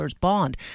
bond